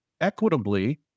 equitably